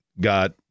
got